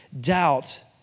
Doubt